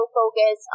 focus